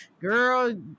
girl